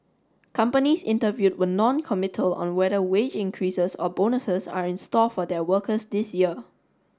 companies interviewed were noncommittal on whether wage increases or bonuses are in store for their workers this year